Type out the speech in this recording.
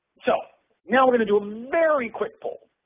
so now we're going to do a very quick poll.